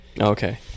Okay